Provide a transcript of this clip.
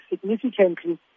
significantly